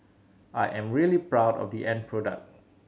I am really proud of the end product